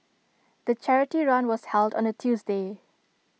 the charity run was held on A Tuesday